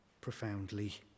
profoundly